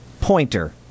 Pointer